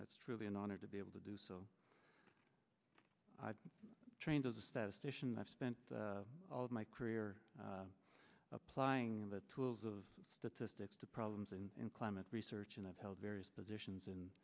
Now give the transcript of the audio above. that's truly an honor to be able to do so trained as a statistician i've spent all of my career applying the tools of statistics to problems and in climate research and i've held various positions